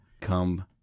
come